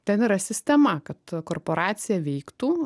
ten yra sistema kad korporacija veiktų